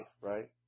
right